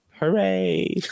Hooray